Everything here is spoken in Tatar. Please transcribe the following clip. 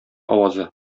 авазы